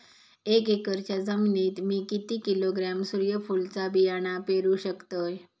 एक एकरच्या जमिनीत मी किती किलोग्रॅम सूर्यफुलचा बियाणा पेरु शकतय?